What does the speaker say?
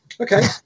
okay